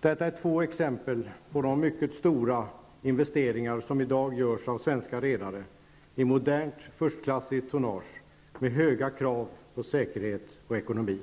Detta är två exempel på de mycket stora investeringar som i dag görs av svenska redare i modernt, förtklassigt tonnage med höga krav på säkerhet och ekonomi.